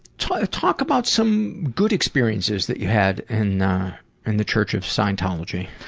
talk talk about some good experiences that you had in and the church of scientology.